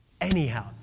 Anyhow